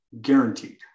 guaranteed